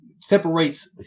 separates